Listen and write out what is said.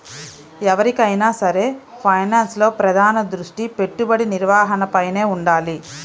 ఎవరికైనా సరే ఫైనాన్స్లో ప్రధాన దృష్టి పెట్టుబడి నిర్వహణపైనే వుండాలి